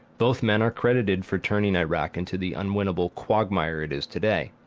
both men are credited for turning iraq into the unwinnable quagmire it is today.